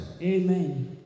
Amen